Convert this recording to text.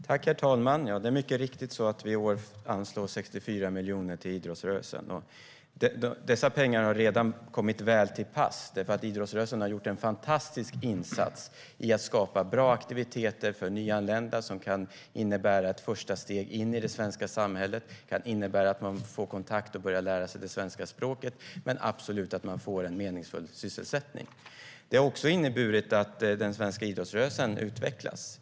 Herr talman! Det är mycket riktigt så att vi i år anslår 64 miljoner till idrottsrörelsen. Dessa pengar har redan kommit väl till pass. Idrottsrörelsen har gjort en fantastisk insats i att skapa bra aktiviteter för nyanlända som kan innebära ett första steg in i det svenska samhället. Det kan innebära att de får kontakt och börjar lära sig det svenska språket och absolut att de får en meningsfull sysselsättning. Det har också inneburit att den svenska idrottsrörelsen utvecklats.